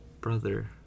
brother